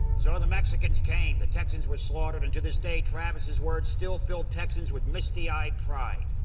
so the mexicans came, the texans were slaughtered and to this day travis's words still fill texans with misty-eyed pride.